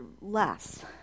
less